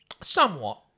Somewhat